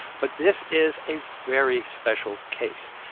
but this is a very special case.